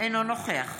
אינו נוכח